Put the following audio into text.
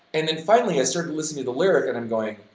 and then finally i started listening to the lyric and i'm going